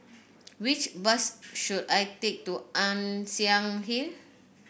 which bus should I take to Ann Siang Hill